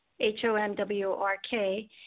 H-O-M-W-R-K